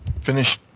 finish